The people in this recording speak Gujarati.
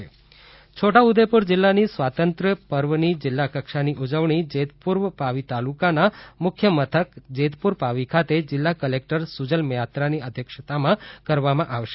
સ્વતંત્ર્ય પર્વ છોટા ઉદેપુર છોટાઉદેપુર જિલ્લાની સ્વાતંત્ર્ય પર્વની જિલ્લા કક્ષાની ઉજવણી જેતપુર પાવી તાલુકાના મુખ્યમથક જેતપુર પાવી ખાતે જિલ્લા કલેકટર સુજલ મયાત્રાની અધ્યક્ષતામાં કરવામાં આવશે